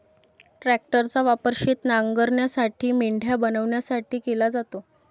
ट्रॅक्टरचा वापर शेत नांगरण्यासाठी, मेंढ्या बनवण्यासाठी केला जातो